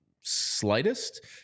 slightest